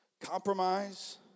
compromise